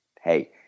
hey